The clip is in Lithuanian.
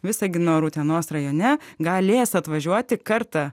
visagino ar utenos rajone galės atvažiuoti kartą